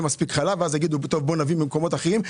מספיק חלב ואז יגידו שנביא ממקומות אחרים.